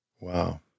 Wow